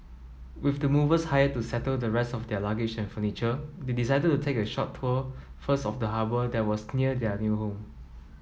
with the movers hired to settle the rest of their luggage and furniture they decided to take a short tour first of the harbour that was near their new home